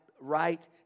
right